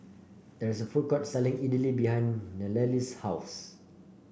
there is a food court selling Idili behind the Nallely's house